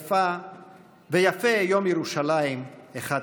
ויפה יום ירושלים אחד קודם.